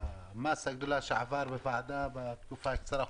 שעבר בוועדה בתקופה האחרונה.